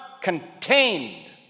contained